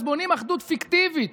אז בונים אחדות פיקטיבית.